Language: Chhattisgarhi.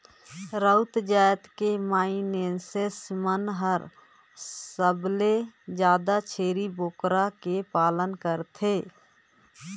राउत जात के मइनसे मन हर सबले जादा छेरी बोकरा के पालन करथे